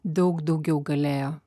daug daugiau galėjo